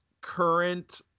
current